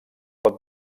pot